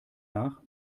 nach